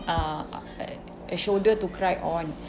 uh like a shoulder to cry on